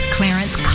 Clarence